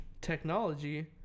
technology